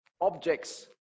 objects